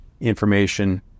information